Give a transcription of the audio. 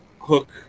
Hook